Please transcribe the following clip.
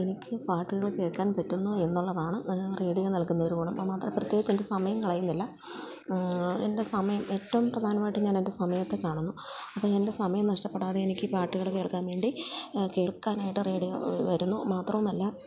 എനിക്ക് പാട്ടുകള് കേള്ക്കാൻ പറ്റുന്നുവെന്നുള്ളതാണ് റേഡിയോ നൽകുന്നൊരു ഗുണം അത് മാത്രമല്ല പ്രത്യേകിച്ചെന്റെ സമയം കളയുന്നില്ല എൻ്റെ സമയം ഏറ്റവും പ്രധാനമായിട്ട് ഞാനെൻ്റെ സമയത്തെ കാണുന്നു അപ്പോള് എൻ്റെ സമയം നഷ്ടപ്പെടാതെ എനിക്ക് പാട്ടുകള് കേൾക്കാൻ വേണ്ടി കേൾക്കാനായിട്ട് റേഡിയോ വരുന്നു മാത്രവുമല്ല